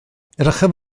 edrychaf